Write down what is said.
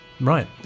Right